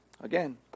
Again